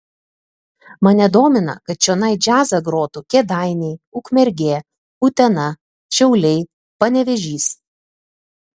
mane domina kad čionai džiazą grotų kėdainiai ukmergė utena šiauliai panevėžys